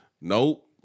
Nope